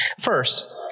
First